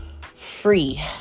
free